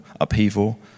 upheaval